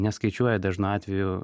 neskaičiuoja dažnu atveju